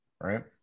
right